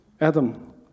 Adam